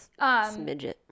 smidget